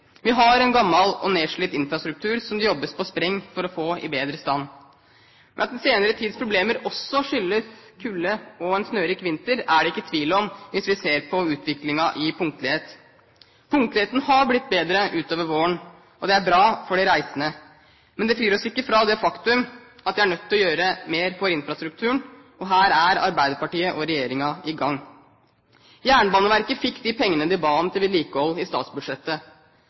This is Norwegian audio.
Vi har en gammel og nedslitt infrastruktur som det jobbes på spreng for å få i bedre stand. Men at den senere tids problemer også skyldes kulde og en snørik vinter, er det ikke tvil om hvis vi ser på utviklingen i punktlighet. Punktligheten har blitt bedre utover våren, og det er bra for de reisende. Men det frir oss ikke fra det faktum at vi er nødt til å gjøre mer for infrastrukturen, og her er Arbeiderpartiet og regjeringen i gang. Jernbaneverket fikk de pengene de ba om til vedlikehold i statsbudsjettet.